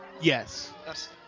Yes